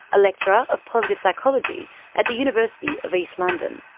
a lecturer of positive psychology at the university of east london.